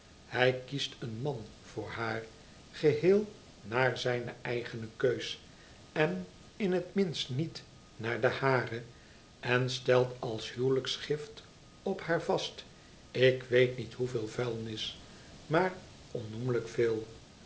hij kiest een man voor haar geheel naar zijne eigene keus en in het minst niet naar de hare en stelt als huwelijksgift op haar vast ik weet niet hoeveel vuilnis maar onnoemelijk veel